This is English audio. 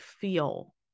feel